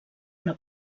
una